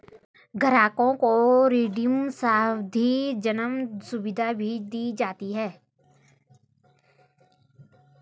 ग्राहकों को रिडीम सावधी जमा सुविधा भी दी जाती है